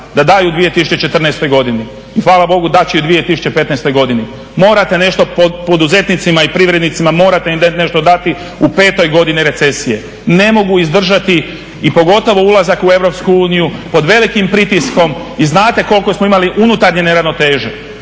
da daju 2014. godini i hvala Bogu, dat će i 2015. godini. Morate nešto, poduzetnicima i privrednicima morate nešto dati u 5. godini recesije, ne mogu izdržati i pogotovo ulazak u EU pod velikim pritiskom i znate koliko smo imali unutarnje neravnoteže.